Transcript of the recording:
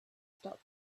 stop